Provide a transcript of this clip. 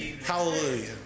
Hallelujah